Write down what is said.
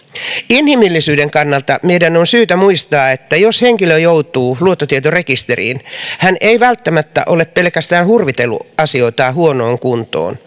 inhimillisyyden kannalta meidän on syytä muistaa että jos henkilö joutuu luottotietorekisteriin hän ei välttämättä ole pelkästään hurvitellut asioitaan huonoon kuntoon